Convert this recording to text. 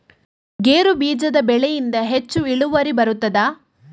ಗೇರು ಬೀಜದ ಬೆಳೆಯಿಂದ ಹೆಚ್ಚು ಇಳುವರಿ ಬರುತ್ತದಾ?